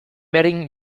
berdin